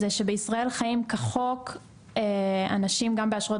זה שבישראל חיים כחוק אנשים גם באשרות